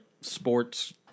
sports